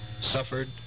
suffered